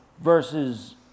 Versus